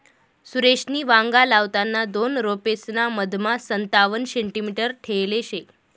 सुरेशनी वांगा लावताना दोन रोपेसना मधमा संतावण सेंटीमीटर ठेयल शे